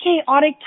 chaotic